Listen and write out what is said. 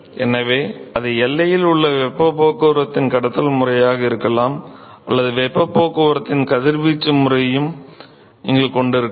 எனவே அது எல்லையில் உள்ள வெப்பப் போக்குவரத்தின் கடத்தல் முறையாக இருக்கலாம் அல்லது வெப்பப் போக்குவரத்தின் கதிர்வீச்சு முறையையும் நீங்கள் கொண்டிருக்கலாம்